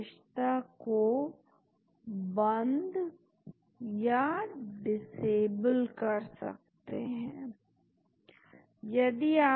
तो आप क्या करते हैं कि सक्रिय मॉलिक्यूल के केंद्रीय भाग को किसी अन्य स्कैफोल्ड के साथ बदल देते हैं लेकिन मॉलिक्यूल के मूल बाइंडिंग ग्रुप जिसमें बाइंडिंग ओरियंटेशन अच्छी है को रहने देते हैं